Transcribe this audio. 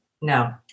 no